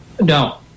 no